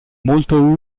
molto